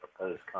proposed